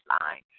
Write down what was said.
line